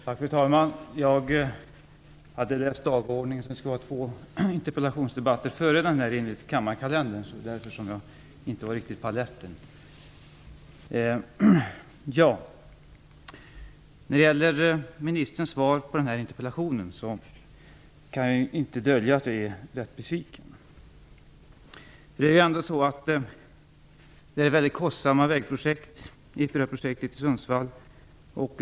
Fru talman! Enligt Kammarkalendern skulle det vara två interpellationsdebatter före denna. Därför var jag inte riktigt på alerten. När det gäller ministerns svar på min interpellation kan jag inte dölja att jag är rätt besviken. E 4-projektet i Sundsvall är väldigt kostsamt.